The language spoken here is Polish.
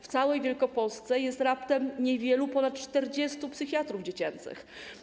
W całej Wielkopolsce jest raptem niewiele ponad 40 psychiatrów dziecięcych.